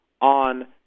on